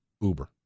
Uber